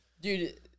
dude